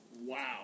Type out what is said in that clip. Wow